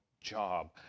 job